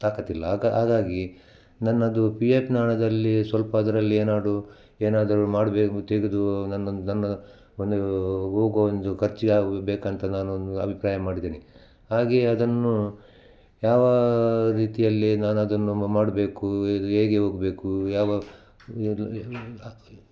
ತಾಕತ್ತಿಲ್ಲ ಆಗ ಹಾಗಾಗಿ ನನ್ನದು ಪಿ ಎಫ್ನ ಹಣದಲ್ಲಿ ಸ್ವಲ್ಪ ಅದರಲ್ಲಿ ಏನಾರು ಏನಾದರು ಮಾಡಬೇಕು ತೆಗೆದು ನನ್ನೊಂದು ನನ್ನ ಒಂದು ಹೋಗೋ ಒಂದು ಖರ್ಚಿಗೆ ಆಗುವುದು ಬೇಕಂತ ನಾನೊಂದು ಅಭಿಪ್ರಾಯ ಮಾಡಿದ್ದೇನೆ ಹಾಗೆಯೇ ಅದನ್ನು ಯಾವ ರೀತಿಯಲ್ಲಿ ನಾನು ಅದನ್ನು ಮಾಡಬೇಕು ಇದು ಹೇಗೆ ಹೋಗ್ಬೇಕು ಯಾವ ಇದು ಏನೋ ಒಂದು ಆಗ್ತದೆ